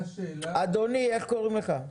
אדוני איך קוראים לך?